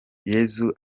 yesu